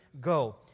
Go